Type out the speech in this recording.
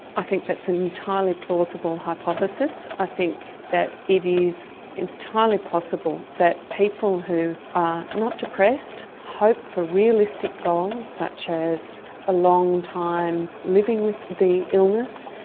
i think that's an entirely plausible hypothesis. i think that it is entirely possible that people who are not depressed, hope for realistic goals such as a long time living with the illness,